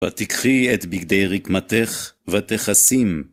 ותקחי את בגדי רקמתך ותכסים.